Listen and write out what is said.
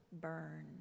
burn